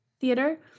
theater